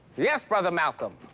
yes, brother malcolm.